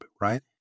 right